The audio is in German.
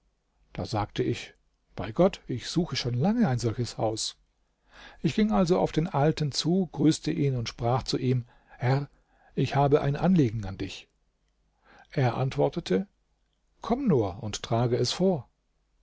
da sagte ich bei gott ich suche schon lange ein solches haus ich ging also auf den alten zu grüßte ihn und sprach zu ihm herr ich habe ein anliegen an dich er antwortete komm nur und trage es vor